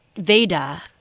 Veda